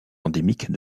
endémique